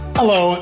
hello